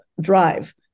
drive